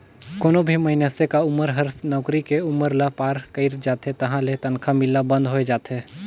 कोनो भी मइनसे क उमर हर नउकरी के उमर ल पार कइर जाथे तहां ले तनखा मिलना बंद होय जाथे